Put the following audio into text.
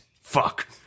Fuck